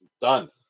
done